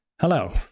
hello